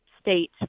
state